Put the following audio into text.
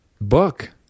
book